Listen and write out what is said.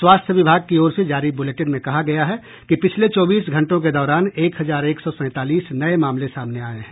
स्वास्थ्य विभाग की ओर से जारी ब्रलेटिन में कहा गया है कि पिछले चौबीस घंटों के दौरान एक हजार एक सौ सैंतालीस नये मामले सामने आये हैं